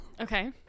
Okay